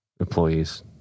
employees